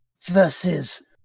Versus